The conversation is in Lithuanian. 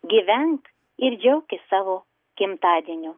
gyvenk ir džiaukis savo gimtadieniu